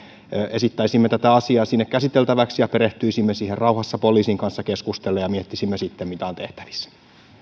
esittäisimme tätä asiaa sinne käsiteltäväksi ja perehtyisimme siihen rauhassa poliisin kanssa keskustellen ja miettisimme sitten mitä on tehtävissä